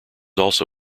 also